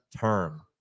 term